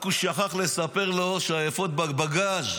רק הוא שכח לספר לו שהאפוד בבגז'.